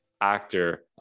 actor